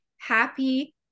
happy